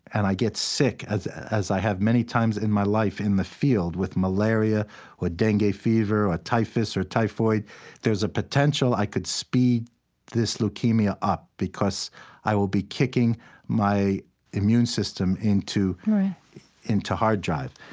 and i get sick as as i have many times in my life in the field with malaria or dengue fever or typhus or typhoid there's a potential i could speed this leukemia up because i will be kicking my immune system into into hard drive.